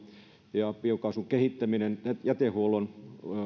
ja biokaasun kehittäminen jätehuollon